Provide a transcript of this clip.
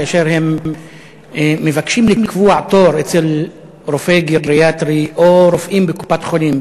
כאשר הם מבקשים לקבוע תור אצל רופא גריאטרי או רופאים בקופת-חולים,